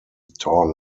torn